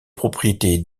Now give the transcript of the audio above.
propriétés